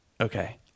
Okay